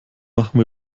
machen